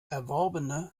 erworbene